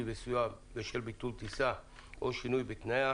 וסיוע בשל ביטול או שינוי בתנאיה),